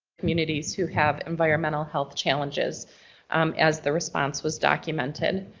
communities who have environmental health challenges as the response was documented.